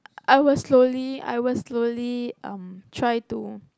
I will slowly I will slowly um try to